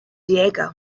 diego